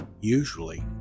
usually